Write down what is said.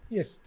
Yes